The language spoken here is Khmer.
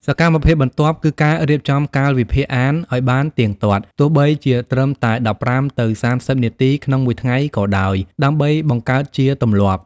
សកម្មភាពបន្ទាប់ គឺការរៀបចំកាលវិភាគអានឱ្យបានទៀងទាត់ ទោះបីជាត្រឹមតែ ១៥ ទៅ ៣០ នាទីក្នុងមួយថ្ងៃក៏ដោយ ដើម្បីបង្កើតជាទម្លាប់។